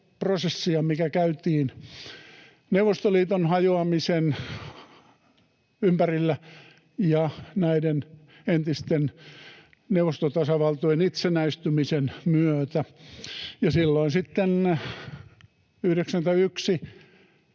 mikä käytiin Neuvostoliiton hajoamisen ympärillä ja näiden entisten neuvostotasavaltojen itsenäistymisen myötä. Silloin 91